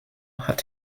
hat